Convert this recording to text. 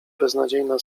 beznadziejna